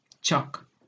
chuck